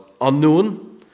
unknown